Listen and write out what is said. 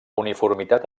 uniformitat